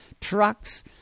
trucks